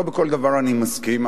לא בכל דבר אני מסכים,